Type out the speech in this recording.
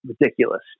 ridiculous